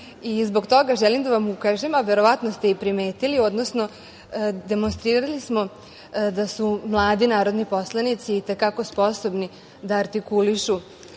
i zbog toga želim da vam ukažem, a verovatno ste i primetili, odnosno demonstrirali smo da su mladi narodni poslanici i te kako sposobni da artikulišu